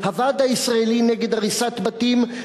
"הוועד הישראלי נגד הריסת בתים",